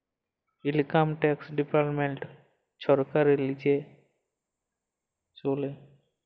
income tax department ছরকারের লিচে চলে